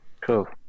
cool